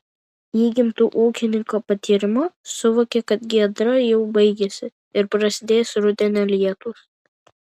įgimtu ūkininko patyrimu suvokė kad giedra jau baigiasi ir prasidės rudenio lietūs